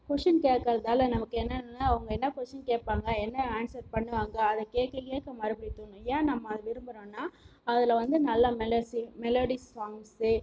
question கேட்கறதால நமக்கு என்னன்னால் அவங்க என்ன கொஷின் கேட்பாங்க என்ன ஆன்சர் பண்ணுவாங்க அதை கேட்க கேட்க மறுபடியும் தோணும் ஏன் நம்ம அததை விரும்புகிறோன்னா அதில் வந்து நல்லா மெலோசி மெலோடிஸ் சாங்ஸு